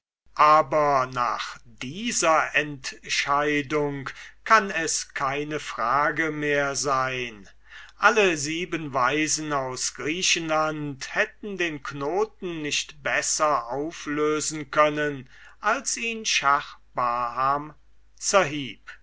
aber nach dieser entscheidung kann es keine frage mehr sein alle sieben weisen aus griechenland hätten den knoten nicht besser auflösen können als ihn